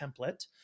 template